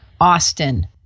Austin